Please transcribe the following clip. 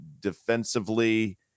defensively